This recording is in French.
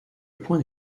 point